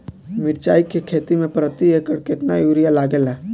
मिरचाई के खेती मे प्रति एकड़ केतना यूरिया लागे ला?